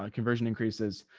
ah conversion increases